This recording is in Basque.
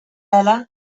ahala